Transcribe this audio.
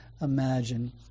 imagine